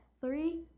three